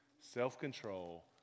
self-control